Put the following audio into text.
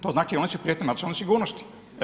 To znači, oni su prijetnja nacionalnoj sigurnosti.